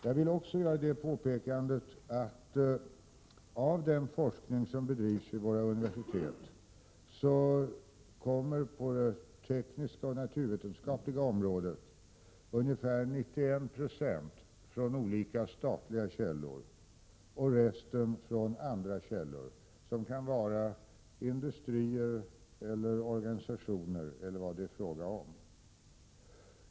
Jag vill också göra påpekandet att av de medel som går till den forskning som bedrivs vid våra universitet på det tekniska och naturvetenskapliga området kommer ungefär 91 96 från olika statliga källor och resten från andra källor, bl.a. från industrier och organisationer.